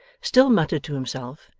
still muttered to himself,